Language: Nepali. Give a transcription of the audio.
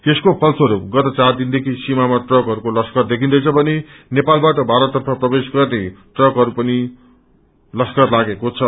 यसको फलस्वरूप गत चार दिनदेखि सीामामा ट्रकहयको लश्कर देखिदैछ भने नेपाल बाट ीारततर्फ प्रवेश गर्ने ट्रकहरूको पनि लश्वर लागेको छ